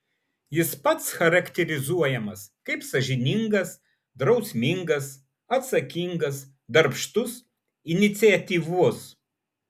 jis pats charakterizuojamas kaip sąžiningas drausmingas atsakingas darbštus iniciatyvus